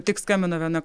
tik skambino viena